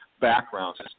backgrounds